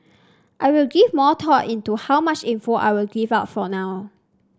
I will give more thought into how much info I will give out for now